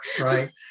Right